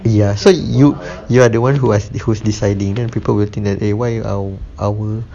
ya so you you are the one who as who's deciding then people will think that eh why our our